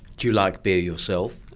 do you like beer yourself?